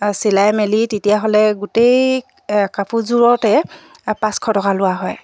চিলাই মেলি তেতিয়াহ'লে গোটেই কাপোৰযোৰতে পাঁচশ টকা লোৱা হয়